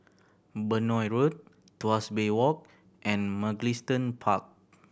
Benoi Road Tuas Bay Walk and Mugliston Park